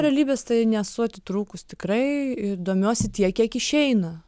realybės tai nesu atitrūkus tikrai domiuosi tiek kiek išeina